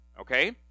Okay